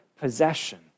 possession